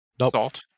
Salt